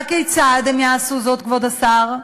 והכיצד הם יעשו זאת, כבוד השר?